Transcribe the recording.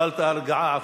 קיבלת הרגעה עכשיו.